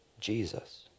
Jesus